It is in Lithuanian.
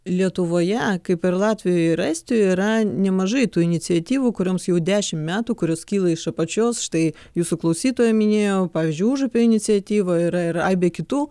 lietuvoje kaip ir latvijoj ir estijoj yra nemažai tų iniciatyvų kurioms jau dešim metų kurios kyla iš apačios štai jūsų klausytoja minėjo pavyzdžiui užupio iniciatyvą yra ir aibė kitų